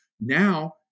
Now